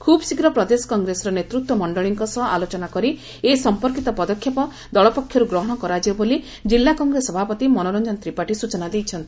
ଖୁବ୍ ଶୀଘ୍ର ପ୍ରଦେଶ କଂଗ୍ରେସର ନେତୃତ୍ୱ ମଣ୍ଡଳୀଙ୍କ ସହ ଆଲୋଚନା କରି ଏ ସମ୍ପର୍କିତ ପଦକ୍ଷେପ ଦଳ ପକ୍ଷରୁ ଗ୍ରହଶ କରାଯିବ ବୋଲି ଜିଲ୍ଲା କଂଗ୍ରେସ ସଭାପତି ମନୋରଞ୍ଞନ ତ୍ରିପାଠୀ ସ୍ଚନା ଦେଇଛନ୍ତି